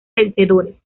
vencedores